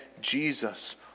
Jesus